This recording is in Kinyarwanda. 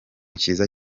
kiza